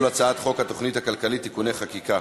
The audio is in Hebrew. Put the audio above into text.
הצעת חוק התוכנית הכלכלית (תיקוני חקיקה